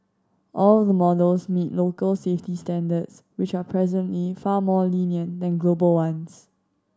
all the models meet local safety standards which are presently far more lenient than global ones